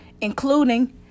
including